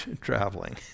traveling